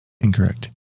Incorrect